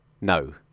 No